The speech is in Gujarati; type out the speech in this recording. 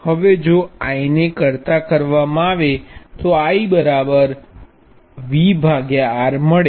હવે જો I ને કર્તા કરવામા આવે તો I VR મળે